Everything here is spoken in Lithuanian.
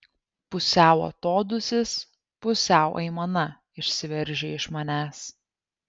pusiau atodūsis pusiau aimana išsiveržia iš manęs